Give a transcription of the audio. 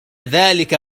ذلك